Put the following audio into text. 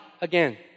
again